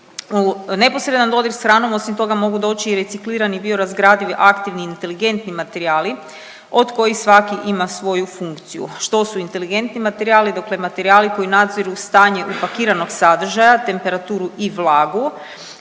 U neposredan dodir s hranom osim toga mogu doći i reciklirani biorazgradivi aktivni inteligentni materijali od kojih svaki ima svoju funkciju. Što su inteligentni materijali, dakle materijali koji nadziru stanje upakiranog sadržaja, temperaturu i vlagu,